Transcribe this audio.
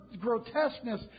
grotesqueness